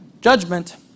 Judgment